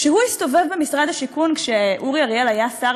הוא הסתובב במשרד השיכון כשאורי אריאל היה שר